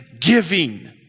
giving